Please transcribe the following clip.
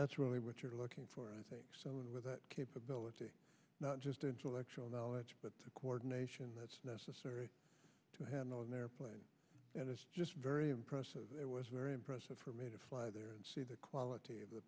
that's really what you're looking for someone with the capability not just intellectual knowledge but the coordination that's necessary to handle an airplane and it's just very impressive it was very impressive for me to fly there and see the quality of the